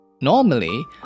Normally